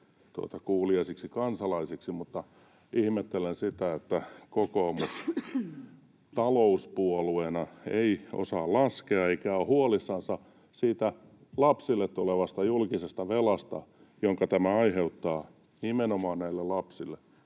kuuliaisiksi kansalaisiksi, mutta ihmettelen sitä, että kokoomus talouspuolueena ei osaa laskea eikä ole huolissansa siitä lapselle tulevasta julkisesta velasta, jonka tämä aiheuttaa, nimenomaan näille lapsille.